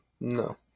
No